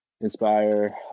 inspire